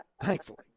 Thankfully